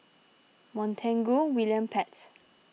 Montague William Pett